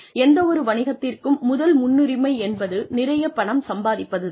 எந்தவொரு வணிகத்திற்கும் முதல் முன்னுரிமை என்பது நிறைய பணம் சம்பாதிப்பது தான்